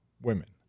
women